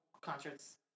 concerts